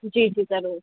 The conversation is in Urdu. جی جی ضرور